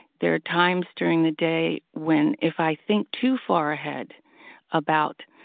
there are times during the day when if i think too far ahead about,